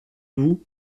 vous